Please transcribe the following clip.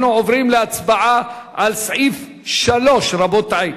אנחנו עוברים להצבעה על סעיף 3, רבותי.